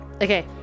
Okay